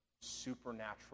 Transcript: supernatural